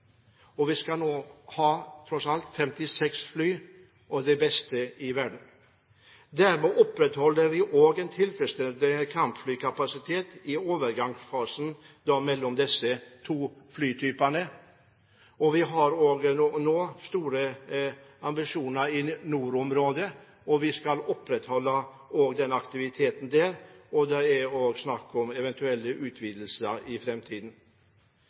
og vi skal tross alt ha 56 fly, de beste i verden. Dermed opprettholder vi også en tilfredsstillende kampflykapasitet i overgangsfasen mellom disse to flytypene. Vi har store ambisjoner i nordområdene. Vi skal opprettholde aktiviteten der, og det er også snakk om eventuelle utvidelser i fremtiden.